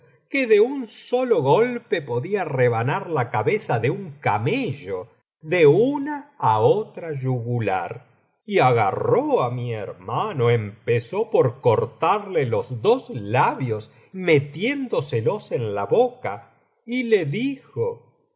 que de un solo golpe biblioteca valenciana generalitat valenfciana historia del jorobado podía rebanar la cabeza do un camello de una á otra yugular y agarró á mi hermano empezó por cortarle los dos labios metiéndoselos en la boca y le dijo